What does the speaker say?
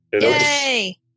Yay